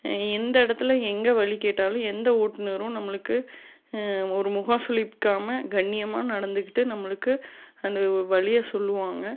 இந்த இடத்துல எங்கே வழி கேட்டாலும் எந்த ஓட்டுநரும் நம்மளுக்கு ஒரு முகம் சுளிக்காமல் கண்ணியமாக நடந்துக்கிட்டு நம்மளுக்கு அந்த வழியை சொல்லுவாங்க